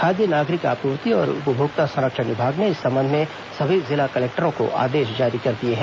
खाद्य नागरिक आपूर्ति और उपभोक्ता संरक्षण विभाग ने इस संबंध में सभी जिला कलेक्टरों को आदेश जारी कर दिए हैं